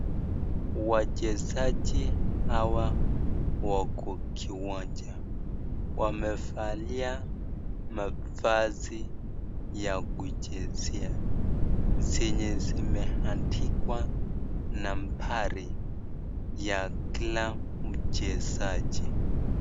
Wachezaji hawa wako kiwanja. Wamevalia mavazi ya kuchezea zenye zimeandikwa nambari ya kila mchezaji.